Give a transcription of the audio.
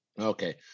Okay